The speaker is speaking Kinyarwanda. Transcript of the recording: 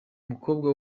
umukobwa